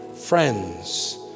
friends